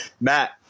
Matt